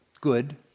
good